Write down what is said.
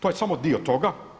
To je samo dio toga.